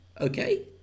okay